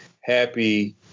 happy